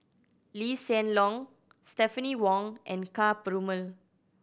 Lee Hsien Loong Stephanie Wong and Ka Perumal